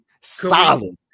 Solid